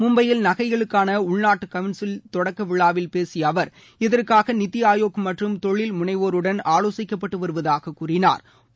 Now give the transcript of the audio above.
மும்பையில் நகைகளுக்கான உள்நாட்டு கவுன்சில் தொடக்க விழாவில் பேசிய அவர் இதற்காக நிதி ஆயோக் மற்றும் தொழில் முனைவோருடன் ஆலோசிக்கப்பட்டு வருவதாக கூறினாா்